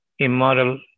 immoral